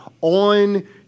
on